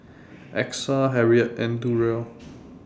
Exa Harriette and Durrell